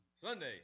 Sunday